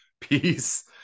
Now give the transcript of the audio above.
peace